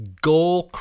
goal